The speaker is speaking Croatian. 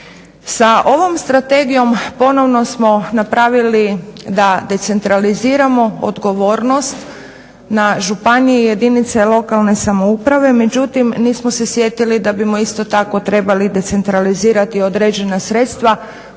Sa ovom strategijom ponovno smo napravili da decentraliziramo odgovornost na županije i jedinice lokalne samouprave, međutim nismo se sjetili da bismo isto tako trebali decentralizirati određena sredstva